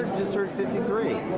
just heard fifty three.